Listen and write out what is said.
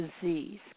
disease